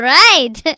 right